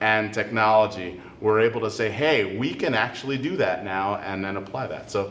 and technology were able to say hey we can actually do that now and then apply that so